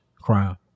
crime